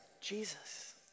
Jesus